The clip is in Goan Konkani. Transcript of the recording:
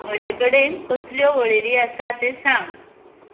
म्हजे कडेन कसल्यो वळेरीं आसा तें सांग